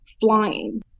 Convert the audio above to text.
flying